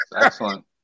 Excellent